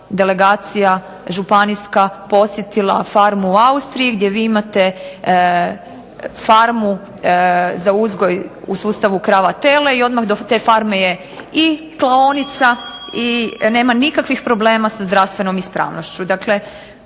delegacija županijska posjetila farmu u Austriji, gdje vi imate farmu za uzgoj u sustavu krava tele, i odmah do te farme je i klaonica i nema nikakvih problema sa zdravstvenom ispravnošću.